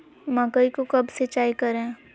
मकई को कब सिंचाई करे?